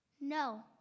No